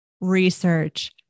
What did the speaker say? research